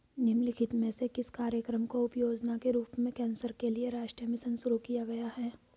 निम्नलिखित में से किस कार्यक्रम को उपयोजना के रूप में कैंसर के लिए राष्ट्रीय मिशन शुरू किया गया है?